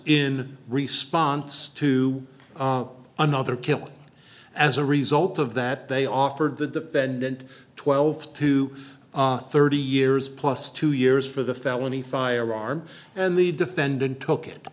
in response to another killing as a result of that they offered the defendant twelve to thirty years plus two years for the felony firearm and the defendant took it